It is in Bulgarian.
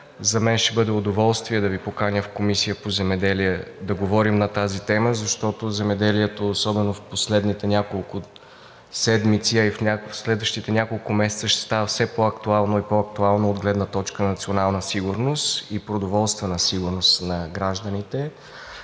За мен ще бъде удоволствие да Ви поканя в Комисията по земеделие, за да говорим на тази тема, защото земеделието, особено в последните няколко седмици, а и в следващите няколко месеца, ще става все по-актуално и по-актуално от гледна точка на националната и продоволствената сигурност на гражданите.